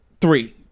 Three